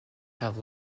have